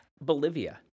Bolivia